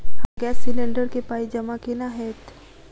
हमरा gas cylinder केँ पाई जमा केना हएत?